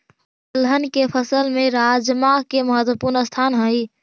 दलहन के फसल में राजमा के महत्वपूर्ण स्थान हइ